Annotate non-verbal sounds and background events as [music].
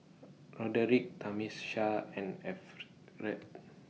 Roderick [unintelligible] and Efren